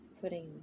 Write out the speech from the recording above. putting